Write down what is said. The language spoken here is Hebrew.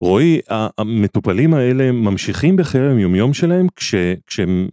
רועי, המטופלים האלה ממשיכים בחיי היומיום שלהם כש...כשהם...